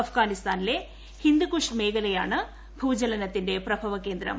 അഫ്ഗാനിസ്ഥാനിലെ ഹിന്ദുക്കുഷ് മേഖലയാണ് ഭൂചലനത്തിന്റെ പ്രഭവകേന്ദ്രം